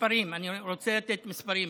אני רוצה לתת מספרים,